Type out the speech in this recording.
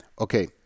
okay